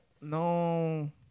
no